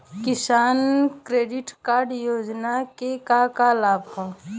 किसान credit card योजना के का का लाभ ह?